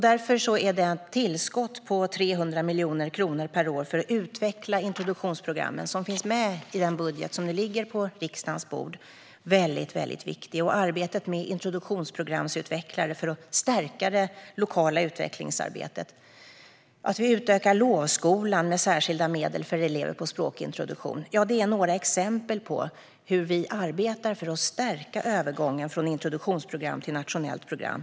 Därför föreslår vi ett tillskott på 300 miljoner kronor per år för att utveckla introduktionsprogrammen, och det finns med i den budget som ligger på riksdagens bord. Arbetet med introduktionsprogramsutvecklare för att stärka det lokala utvecklingsarbetet är väldigt viktigt. Vi utökar lovskolan med särskilda medel för elever på språkintroduktion. Det är några exempel på hur vi arbetar för att stärka övergången från introduktionsprogram till nationellt program.